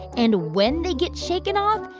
and when they get shaken off,